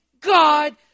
God